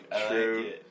true